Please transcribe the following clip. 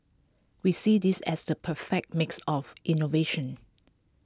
we see this as the perfect mix of innovation